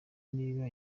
niba